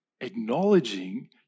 acknowledging